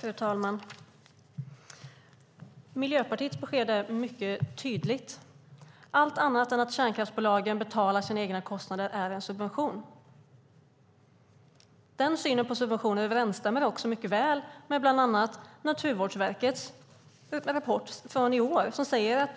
Fru talman! Miljöpartiets besked är mycket tydligt. Allt annat än att kärnkraftsbolagen betalar sina egna kostnader är en subvention. Den synen på subvention överensstämmer också mycket väl med bland annat Naturvårdsverkets rapport från i år, som säger att